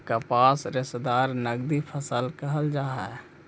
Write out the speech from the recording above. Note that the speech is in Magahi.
कपास रेशादार नगदी फसल कहल जा हई